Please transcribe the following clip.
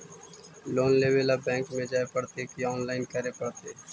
Loan लेवे ल bank में जाय पड़तै कि औनलाइन करे पड़तै?